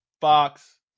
Fox